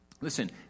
Listen